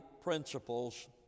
principles